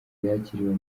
yakiriwe